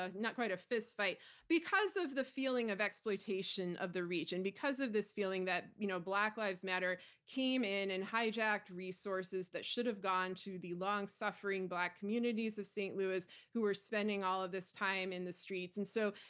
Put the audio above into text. ah not quite a fist fight-because of the feeling of exploitation of the region, because of this feeling that you know black lives matter came in and hijacked resources that should have gone to the long suffering black communities of st. louis who were spending all of this time in the streets. and so,